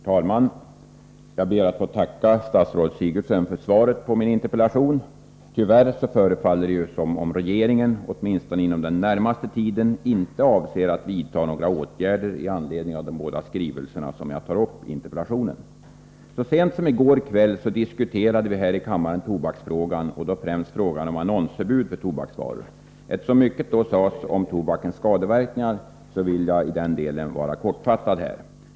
Herr talman! Jag ber att få tacka statsrådet Sigurdsen för svaret på min interpellation. Tyvärr förefaller det som om regeringen, åtminstone inom den närmaste tiden, inte avser att vidta några åtgärder i anledning av de båda skrivelser som jag tar upp i interpellationen. Så sent som i går kväll diskuterade vi här i kammaren tobaksfrågan och då främst annonsförbud för tobaksvaror. Eftersom mycket då sades om tobakens skadeverkningar, vill jag i dag fatta mig kort i den delen.